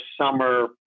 summer